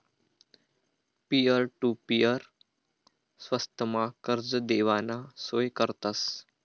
peer to peer स्वस्तमा कर्ज देवाना सोय करतस